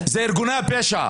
אלה ארגוני הפשע.